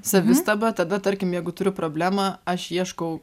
savistaba tada tarkim jeigu turiu problemą aš ieškau